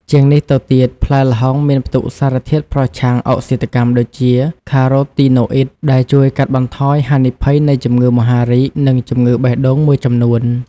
ជាងនេះទៅទៀត ផ្លែល្ហុងមានផ្ទុកសារធាតុប្រឆាំងអុកស៊ីតកម្មដូចជា carotenoids ដែលជួយកាត់បន្ថយហានិភ័យនៃជំងឺមហារីក និងជំងឺបេះដូងមួយចំនួន។